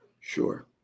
Sure